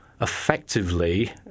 effectively